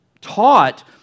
taught